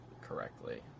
correctly